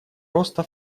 роста